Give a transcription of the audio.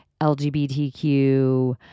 LGBTQ